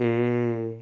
ਇਹ